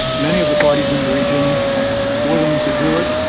many of the parties in the region willing to do it.